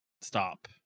stop